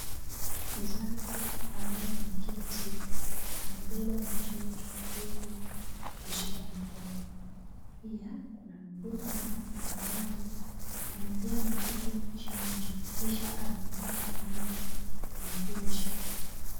Mzazi ambaye ameketi amebeba mtoto huku akimshika mkono. Pia kuna mhudumu wa afya ambaye amepea mtoto chanjo kisha anampaka rangi kwenye kucha.